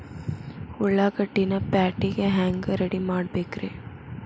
ಉಳ್ಳಾಗಡ್ಡಿನ ಪ್ಯಾಟಿಗೆ ಹ್ಯಾಂಗ ರೆಡಿಮಾಡಬೇಕ್ರೇ?